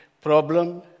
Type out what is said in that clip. problem